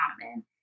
common